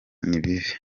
nibibi